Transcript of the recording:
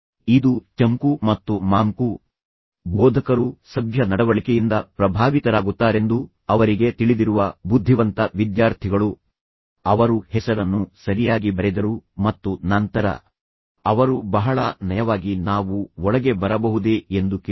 ಇದು ಚಂಕು ಮತ್ತು ಮಾಂಕು ಬೋಧಕರು ಸಭ್ಯ ನಡವಳಿಕೆಯಿಂದ ಪ್ರಭಾವಿತರಾಗುತ್ತಾರೆಂದು ಅವರಿಗೆ ತಿಳಿದಿರುವ ಬುದ್ಧಿವಂತ ವಿದ್ಯಾರ್ಥಿಗಳು ಅವರು ಹೆಸರನ್ನು ಸರಿಯಾಗಿ ಬರೆದರು ಮತ್ತು ನಂತರ ಅವರು ಬಹಳ ನಯವಾಗಿ ನಾವು ಒಳಗೆ ಬರಬಹುದೇ ಎಂದು ಕೇಳಿದರು